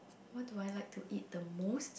what do I like to eat the most